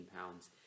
pounds